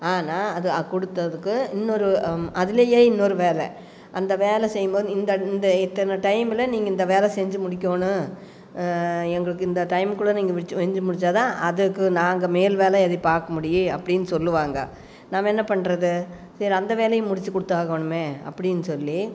ஆனால் அது கொடுத்ததுக்கு இன்னொரு அதுலேயே இன்னொரு வேலை அந்த வேலை செய்யும் போது இந்த இந்த இத்தனை டைமில் நீங்கள் இந்த வேலை செஞ்சு முடிக்கணும் எங்களுக்கு இந்த டைமுக்குள்ள நீங்கள் முடித்து செஞ்சு முடித்தா தான் அதுக்கு நாங்கள் மேல் வேலை எதையும் பார்க்க முடியும் அப்படின்னு சொல்வாங்க நாம் என்ன பண்ணுறது சரி அந்த வேலையும் முடிச்சி குடுத்தாகணுமே அப்படின்னு சொல்லி